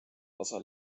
tase